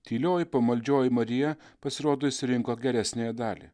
tylioji pamaldžioji marija pasirodo išsirinko geresniąją dalį